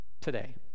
Today